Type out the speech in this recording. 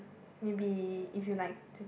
maybe if you like to